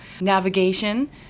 navigation